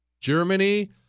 Germany